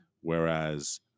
whereas